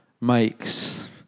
makes